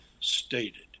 stated